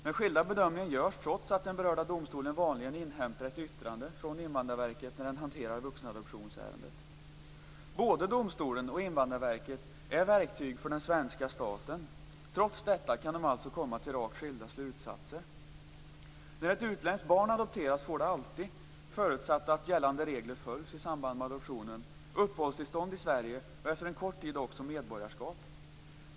Den skiljaktiga bedömningen görs trots att den berörda domstolen vanligen inhämtar ett yttrande från Invandrarverket när den hanterar vuxenadoptionsärenden. Både domstolen och Invandrarverket är verktyg för den svenska staten. Trots detta kan de alltså komma till rakt skilda slutsatser. När ett utländskt barn adopteras får det alltid - förutsatt att gällande regler följs i samband med adoptionen - uppehållstillstånd i Sverige och efter en kort tid också svenskt medborgarskap.